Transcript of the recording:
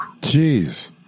Jeez